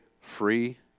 free